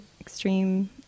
extreme